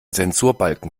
zensurbalken